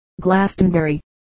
Glastonbury